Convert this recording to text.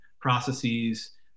processes